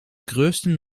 größten